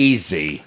Easy